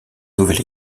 nouvel